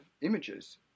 images